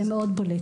זה מאוד בולט.